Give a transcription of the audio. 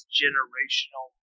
generational